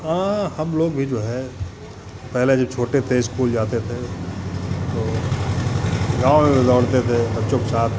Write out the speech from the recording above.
हाँ हमलोग भी जो है पहले जब छोटे थे स्कूल जाते थे तो गाँव में भी दौड़ते थे बच्चों के साथ